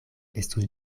estus